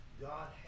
god